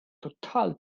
total